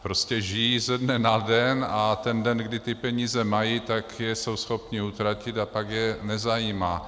Prostě žijí ze dne na den a ten den, kdy ty peníze mají, tak je jsou schopni utratit a pak je nezajímá.